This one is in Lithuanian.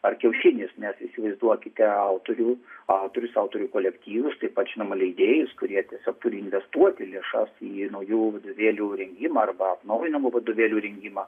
ar kiaušinis nes įsivaizduokite autorių autorius autorių kolektyvus taip pat žinoma leidėjus kurie tiesiog turi investuoti lėšas į naujų vadovėlių rengimą arba atnaujinamų vadovėlių rengimą